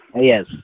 Yes